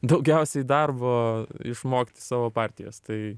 daugiausiai darbo išmokti savo partijas tai